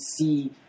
see